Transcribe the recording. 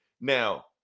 Now